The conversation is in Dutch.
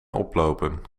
oplopen